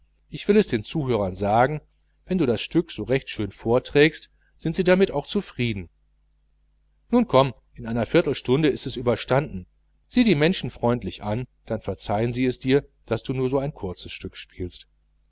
ich will es den zuhörern sagen wenn du das stück recht schön vorträgst sind sie damit auch zufrieden nun komm in einer viertelstunde ist es überstanden sieh die menschen freundlich an dann verzeihen sie es dir daß du so ein kurzes stück spielst